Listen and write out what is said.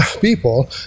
people